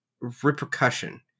Repercussion